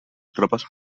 tropes